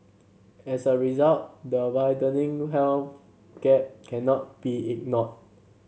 as a result the widening wealth gap cannot be ignored